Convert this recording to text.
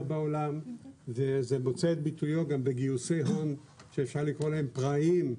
בעולם וזה מוצא את ביטויו גם בגיוסי הון שאפשר לקרוא להם "פראיים",